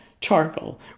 charcoal